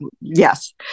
yes